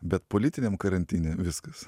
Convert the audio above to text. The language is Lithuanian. bet politiniam karantine viskas